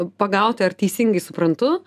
pagauti ar teisingai suprantu